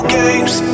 games